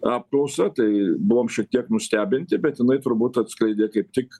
apklausą tai buvom šiek tiek nustebinti bet jinai turbūt atskleidė kaip tik